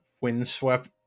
windswept